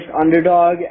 underdog